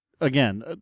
again